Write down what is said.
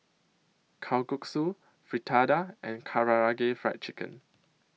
Kalguksu Fritada and Karaage Fried Chicken